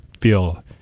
feel